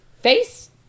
Face